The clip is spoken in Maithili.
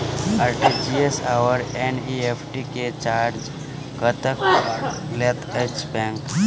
आर.टी.जी.एस आओर एन.ई.एफ.टी मे चार्ज कतेक लैत अछि बैंक?